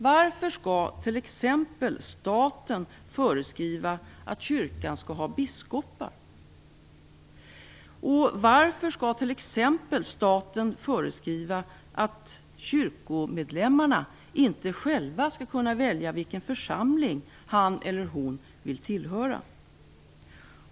Varför skall staten t.ex. föreskriva att kyrkan skall ha biskopar? Varför skall staten föreskriva att en kyrkomedlem inte själv skall kunna välja vilken församling han eller hon vill tillhöra?